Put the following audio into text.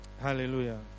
hallelujah